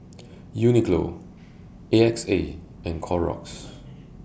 Uniqlo A X A and Clorox